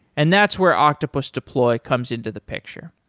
and that's where octopus deploy comes into the picture.